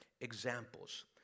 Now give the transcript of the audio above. examples